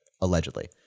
allegedly